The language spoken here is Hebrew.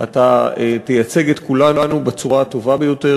אתה תייצג את כולנו בצורה הטובה ביותר